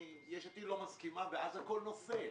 יש עתיד לא מסכימה ואז הכול נופל.